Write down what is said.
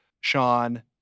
sean